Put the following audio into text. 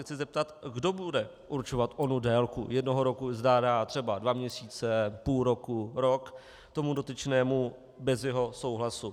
Chci se zeptat, kdo bude určovat onu délku jednoho roku, zda dá třeba dva měsíce, půl roku, rok tomu dotyčnému bez jeho souhlasu.